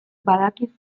badaki